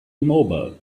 immobile